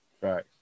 Right